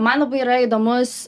man labai yra įdomus